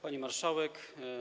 Pani Marszałek!